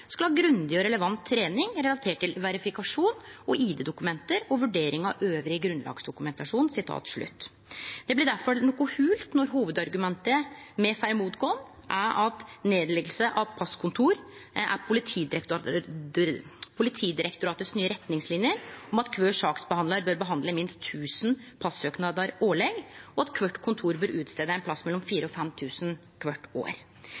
skal ha grundig og relevant trening relatert til verifikasjon av ID-dokumenter og vurdering av øvrig grunnlagsdokumentasjon.» Det blir difor noko holt når hovudargumentet me får imot oss, er at nedlegging av passkontor er i samsvar med Politidirektoratets nye retningslinjer om at kvar saksbehandlar bør behandle minst 1 000 passøknader årleg, og at kvart kontor bør utferde ein plass mellom 4 000 og 5 000 pass kvart år.